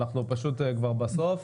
בסוף.